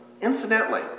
Incidentally